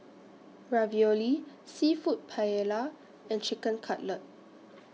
Ravioli Seafood Paella and Chicken Cutlet